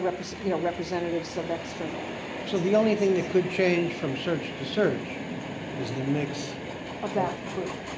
rep, you know, representatives, so the external so the only thing that could change from search to search is the mix of that group.